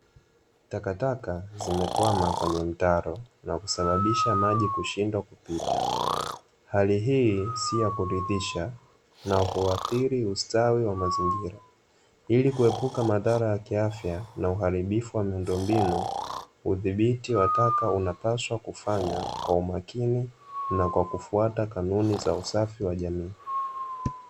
Takataka zimekwama kwenye mtaro na kusababisha maji kushindwa kupita, hali hii si ya kuridhisha na huadhiri ustawi wa mazingira, ili kuepuka madhara ya kiafya na uharibifu wa miundombinu, udhibiti wa taka unapaswa kufanywa kwa umakini na kwa kufuata kanuni za usafi wa jamii.